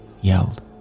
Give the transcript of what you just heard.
yelled